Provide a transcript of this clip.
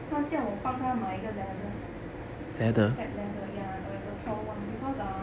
他叫我帮她买一个 ladder err step ladder ya err a tall one because err